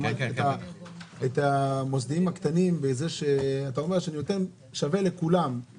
כלומר את המוסדיים הקטנים בזה שאתה אומר שאתה נותן שווה לכולם,